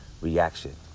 reaction